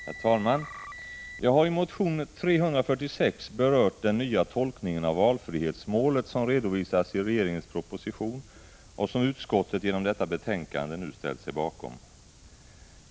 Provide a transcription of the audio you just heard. Herr talman! Jag har i motion 346 berört den nya tolkning av valfrihetsmålet som redovisas i regeringens proposition och som utskottet genom detta betänkande nu ställt sig bakom.